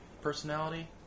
personality